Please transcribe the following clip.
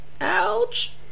ouch